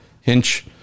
Hinch